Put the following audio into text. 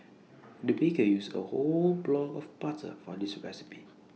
the baker used A whole block of butter for this recipe